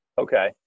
Okay